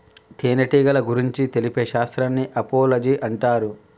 తేనెటీగల గురించి తెలిపే శాస్త్రాన్ని ఆపిలోజి అంటారు